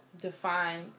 define